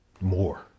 more